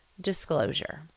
Disclosure